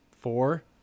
four